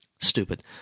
Stupid